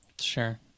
Sure